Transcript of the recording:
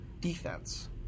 defense